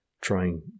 trying